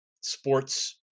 sports